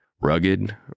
Rugged